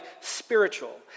spiritual